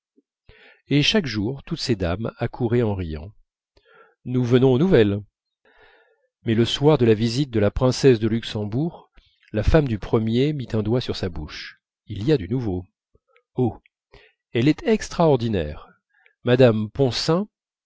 et chaque jour toutes ces dames accouraient en riant nous venons aux nouvelles mais le soir de la visite de la princesse de luxembourg la femme du premier mit un doigt sur sa bouche il y a du nouveau oh elle est extraordinaire mme poncin